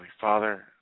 Father